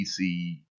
PC